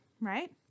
right